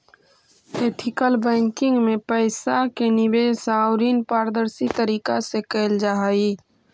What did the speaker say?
ethical banking में पइसा के निवेश आउ ऋण पारदर्शी तरीका से कैल जा हइ